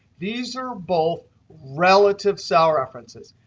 these are both relative cell references.